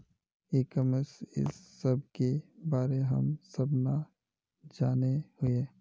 ई commerce इस सब के बारे हम सब ना जाने हीये?